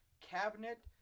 cabinet